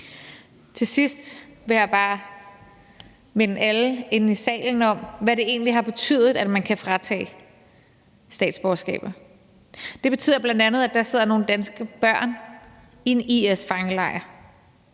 Til sidst vil jeg bare minde alle inde i salen om, hvad det egentlig har betydet, at man kan fratage statsborgerskaber. Det betyder bl.a., at der sidder nogle danske børn i en IS-fangelejr